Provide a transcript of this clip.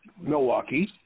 Milwaukee